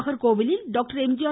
நாகர்கோவிலில் டாக்டர் ஆ